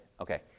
Okay